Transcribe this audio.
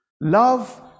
Love